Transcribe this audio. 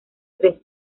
tres